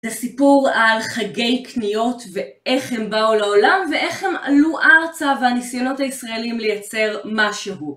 את הסיפור על חגי קניות, ואיך הם באו לעולם, ואיך הם עלו ארצה, והניסיונות הישראלים לייצר משהו.